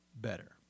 better